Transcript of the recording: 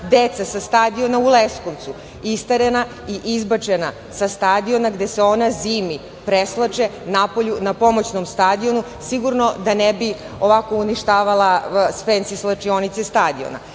deca sa stadiona u Leskovcu isterana i izbačena sa stadiona, gde se ona zimi presvlače napolju na pomoćnom stadionu sigurno da ne bi ovako uništavala fensi svlačionice stadiona